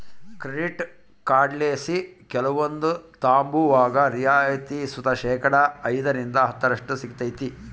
credit ಕಾರ್ಡ್ಲಾಸಿ ಕೆಲವೊಂದು ತಾಂಬುವಾಗ ರಿಯಾಯಿತಿ ಸುತ ಶೇಕಡಾ ಐದರಿಂದ ಹತ್ತರಷ್ಟು ಸಿಗ್ತತೆ